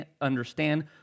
understand